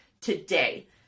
today